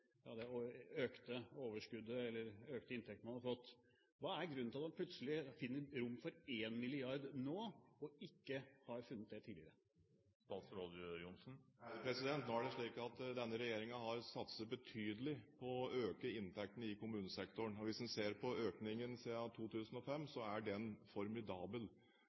økte inntektene man har fått. Hva er grunnen til at man plutselig finner rom for 1 mrd. kr nå, og ikke har funnet det tidligere? Nå er det slik at denne regjeringen har satset betydelig på å øke inntektene i kommunesektoren. Hvis en ser på økningen siden 2005, er den formidabel.